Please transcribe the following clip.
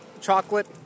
chocolate